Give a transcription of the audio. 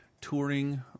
touring